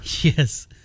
Yes